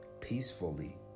peacefully